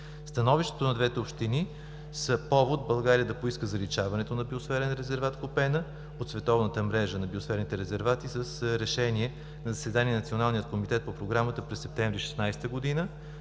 Становищата на двете общини са повод България да поиска заличаването на Биосферен резерват „Купена“ от световната мрежа на биосферните резервати с решение на заседание на Националния комитет по Програмата през септември 2016 г.,